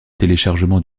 téléchargement